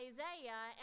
Isaiah